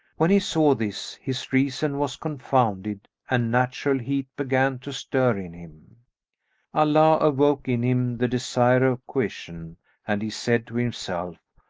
when he saw this, his reason was confounded and natural heat began to stir in him allah awoke in him the desire of coition and he said to himself,